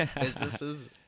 businesses